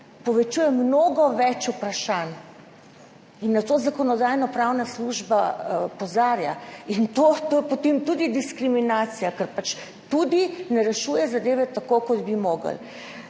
postavlja mnogo več vprašanj, in na to Zakonodajno-pravna služba opozarja, in to je potem tudi diskriminacija, ker tudi ne rešuje zadeve tako, kot bi jo